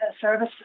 service